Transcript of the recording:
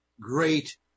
great